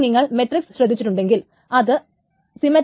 ഇനി നിങ്ങൾ മെട്രിക്സ് ശ്രദ്ധിച്ചിട്ടുണ്ടെങ്കിൽ അത് സിമെട്രിക്സ് ആണ്